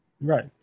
Right